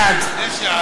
בעד משה